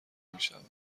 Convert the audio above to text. میشوند